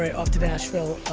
off to nashville.